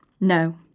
No